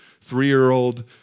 three-year-old